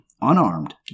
Unarmed